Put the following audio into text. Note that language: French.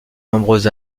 nombreuses